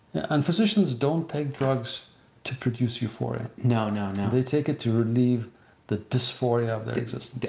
and physicians don't take drugs to produce euphoria. no, no, no. they take it to relieve the dysphoria of their existence.